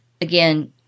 again